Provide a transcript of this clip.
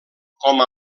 com